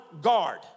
guard